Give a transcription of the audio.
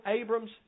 Abram's